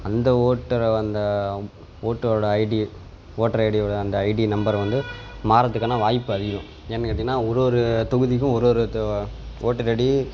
அந்த ஓட்டர வந்த ஓட்டரோட ஐடி ஓட்ரு ஐடியோடய அந்த ஐடி நம்பர் வந்து மாறுகிறத்துக்கான வாய்ப்பு அதிகம் ஏன்னு கேட்டீங்கன்னால் ஒரு ஒரு தொகுதிக்கும் ஒரு ஒரு து ஓட்டர் ஐடி